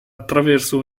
attraverso